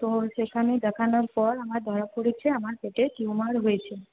তো সেখানে দেখানোর পর আমার ধরা পড়েছে আমার পেটে টিউমার হয়েছে